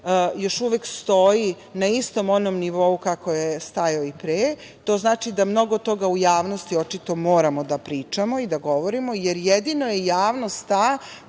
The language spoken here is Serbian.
još uvek stoji na istom onom nivou kako je stajao i pre. To znači da mnogo toga u javnosti, očito, moramo da pričamo i da govorimo, jer jedino je javnost ta